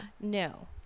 no